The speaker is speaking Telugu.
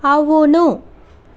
అవును